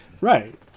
Right